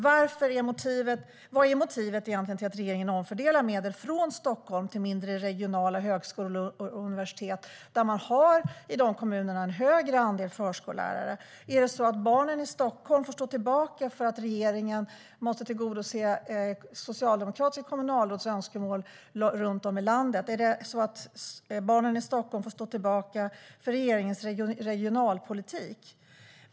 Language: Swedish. Vad är egentligen motivet till att regeringen omfördelar medel från Stockholm till mindre, regionala högskolor och universitet i kommuner där har man en högre andel förskollärare? Är det så att barnen i Stockholm får stå tillbaka för att regeringen måste tillgodose socialdemokratiska kommunalråds önskemål runt om i landet? Får barnen i Stockholm stå tillbaka för regeringens regionalpolitik?